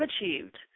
achieved